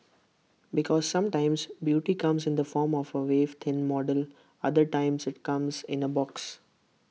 because sometimes beauty comes in the form of A waif thin model other times IT comes in A box